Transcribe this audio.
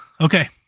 Okay